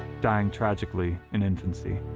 dying tragically in infancy.